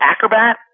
Acrobat